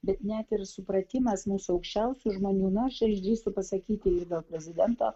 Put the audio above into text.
bet net ir supratimas mūsų aukščiausių žmonių na aš išdrįstu pasakyti prezidento